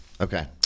okay